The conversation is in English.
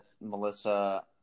Melissa